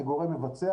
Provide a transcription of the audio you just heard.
כגורם מבצע,